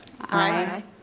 Aye